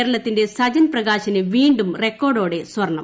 കേരളത്തിന്റെ സജൻ പ്രകാശിന് വീണ്ടും റെക്കോർഡോടെ സ്വർണം